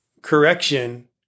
correction